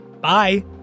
Bye